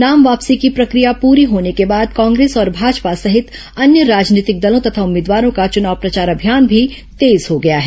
नाम वापसी की प्रक्रिया पूरी होने के बाद कांग्रेस और भाजपा सहित अन्य राजनीतिक दलों तथा उम्मीदवारों का चनाव प्रचार अभियान भी तेज हो गया है